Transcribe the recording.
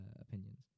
opinions